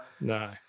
No